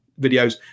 videos